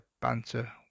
banter